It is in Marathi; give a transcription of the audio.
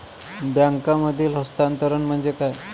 बँकांमधील हस्तांतरण म्हणजे काय?